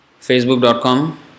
facebook.com